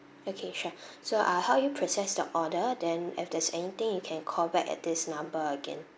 okay sure so I'll help you process the order then if there's anything you can call back at this number again